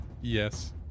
Yes